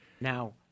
Now